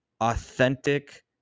authentic